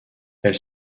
elle